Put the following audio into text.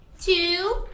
two